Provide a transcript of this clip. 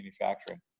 manufacturing